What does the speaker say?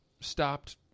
stopped